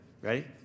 ready